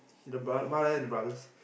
see the mother and the brothers